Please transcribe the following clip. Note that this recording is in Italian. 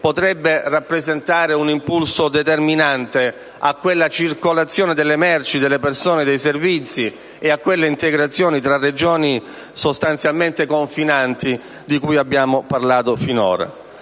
potrebbe rappresentare un impulso determinante a quella circolazione delle merci, delle persone e dei servizi e a quell'integrazione tra regioni sostanzialmente confinanti di cui abbiamo parlato finora.